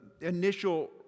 initial